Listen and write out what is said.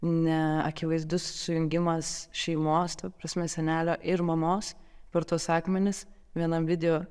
neakivaizdus sujungimas šeimos ta prasme senelio ir mamos per tuos akmenis vienam video